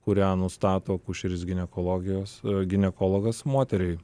kurią nustato akušeris ginekologijos ginekologas moteriai